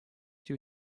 эти